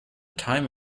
time